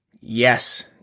Yes